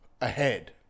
ahead